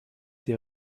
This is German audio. der